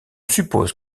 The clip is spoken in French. suppose